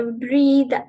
breathe